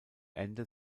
ende